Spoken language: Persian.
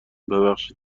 ببخشید